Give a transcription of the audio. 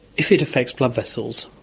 if it affects blood vessels,